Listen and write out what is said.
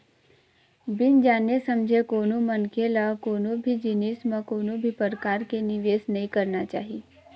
बिन जाने समझे कोनो मनखे ल कोनो भी जिनिस म कोनो भी परकार के निवेस नइ करना चाही